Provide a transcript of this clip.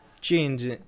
change